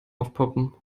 aufpoppen